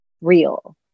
real